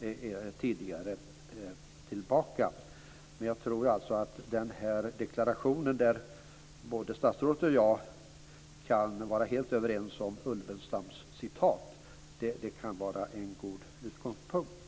längre tillbaka i tiden. Jag tror i alla fall att den här deklarationen, där både statsrådet och jag kan vara helt överens om Ulvenstams citat, kan vara en god utgångspunkt.